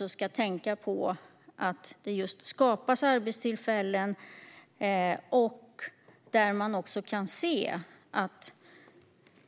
Vi ska tänka på att det skapas arbetstillfällen där.